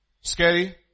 Scary